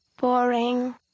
boring